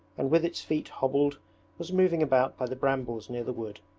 and with its feet hobbled was moving about by the brambles near the wood,